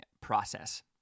process